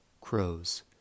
crows